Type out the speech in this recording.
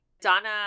Donna